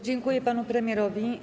Dziękuję panu premierowi.